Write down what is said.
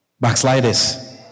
Backsliders